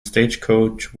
stagecoach